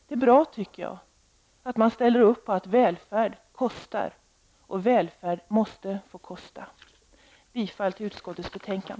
Jag tycker att det är bra att man ställer upp på att välfärd kostar och på att välfärd måste få kosta. Jag yrkar bifall till utskottets hemställan.